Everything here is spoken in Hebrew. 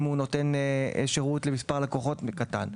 אם הוא נותן שירות למספר לקוחות קטן,